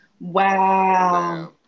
Wow